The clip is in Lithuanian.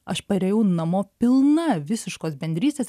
aš parėjau namo pilna visiškos bendrystės